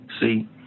See